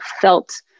felt